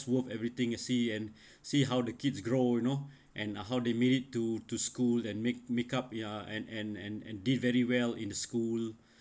worth everything and see and see how the kids grow you know and ah how they made it to to school and make make up ya and and and and did very well in the school